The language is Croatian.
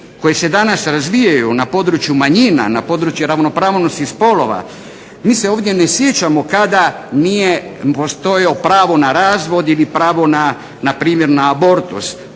koje se danas razvijaju na području manjina, na području ravnopravnosti spolova mi se ovdje ne sjećamo kada nije postojao pravo na razvod ili pravo na npr. na abortus